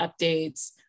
updates